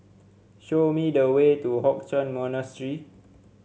show me the way to Hock Chuan Monastery